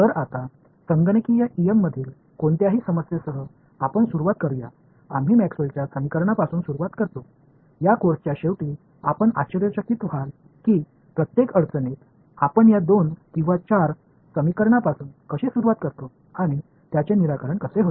तर आता संगणकीय em मधील कोणत्याही समस्येसह आपण सुरवात करूया आम्ही मॅक्सवेलच्या समीकरणापासून सुरूवात करतो या कोर्सच्या शेवटी आपण आश्चर्यचकित व्हाल की प्रत्येक अडचनित आपण या दोन किंवा चार समीकरणापासून कशी सुरुवात करतो आणि त्याचे निराकरण कसे होते